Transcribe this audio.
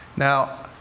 now,